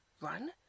Run